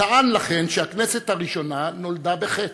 טען, לכן, שהכנסת הראשונה נולדה בחטא.